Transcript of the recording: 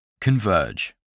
Converge